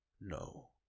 No